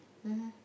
mmhmm